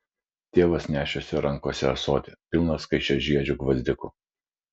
tėvas nešėsi rankose ąsotį pilną skaisčiažiedžių gvazdikų